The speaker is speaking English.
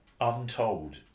untold